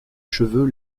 cheveux